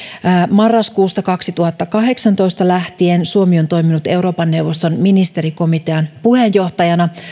marraskuusta kaksituhattakahdeksantoista lähtien suomi on toiminut euroopan neuvoston ministerikomitean puheenjohtajana